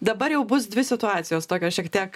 dabar jau bus dvi situacijos tokios šiek tiek